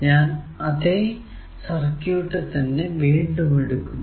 ഞാൻ അതെ സർക്യൂട് തന്നെ വീണ്ടും എടുക്കുന്നു